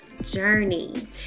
journey